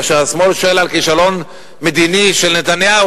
כאשר השמאל שואל על כישלון מדיני של נתניהו,